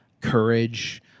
courage